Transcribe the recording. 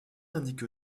indique